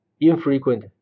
Infrequent